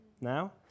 now